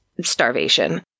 starvation